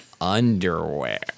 underwear